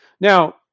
now